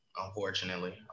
unfortunately